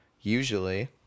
usually